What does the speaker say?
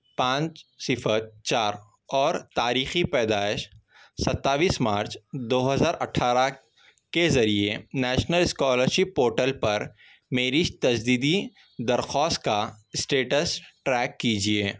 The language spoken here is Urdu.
پانچ صفر چار اور تاریخی پیدائش ستاویس مارچ دوہزار اٹھارہ کے ذریعے نیشنل اسکالرشپ پورٹل پر میری تجدیدی درخواست کا اسٹیٹس ٹریک کیجیے